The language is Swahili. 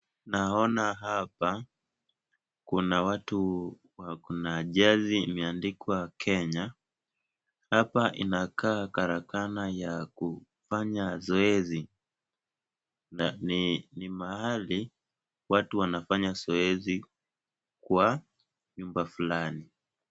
Naona hapa kuna watu wako na jazi imeandikwa Kenya. Hapa inakaa karakana ya kufanya zoezi na ni mahali watu wanafanya zoezi kwa nyumba fulani.